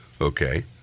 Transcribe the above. okay